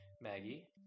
Maggie